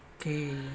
Okay